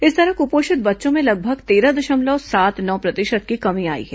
इस तरह क्पोषित बच्चों में लगभग तेरह दशमलव सात नौ प्रतिशत की कमी आई है